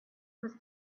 was